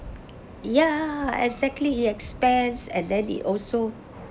ya exactly expense and then it also